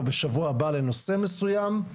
או בשבוע הבא לנושא מסוים,